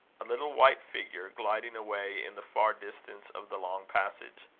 a little white figure gliding away in the far distance of the long passage.